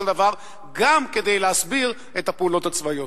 דבר גם כדי להסביר את הפעולות הצבאיות.